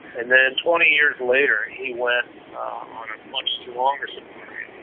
and then twenty years later he went on a much longer safari,